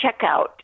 checkout